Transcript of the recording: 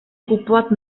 kupovat